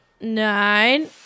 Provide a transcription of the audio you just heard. nine